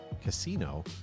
casino